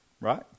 right